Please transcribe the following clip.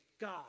God